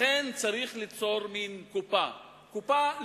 לכן יש ליצור מין קופה לאומית,